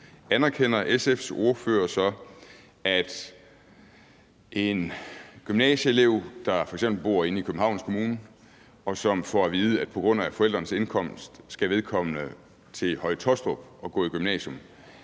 anerkender SF's ordfører så, at en gymnasieelev, der f.eks. bor i Københavns Kommune, og som får at vide, at på grund af forældrenes indkomst skal vedkommende til Høje-Taastrup og gå i gymnasiet,